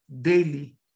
daily